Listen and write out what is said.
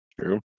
True